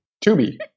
tubby